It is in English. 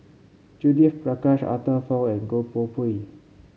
Judith Prakash Arthur Fong and Goh Koh Pui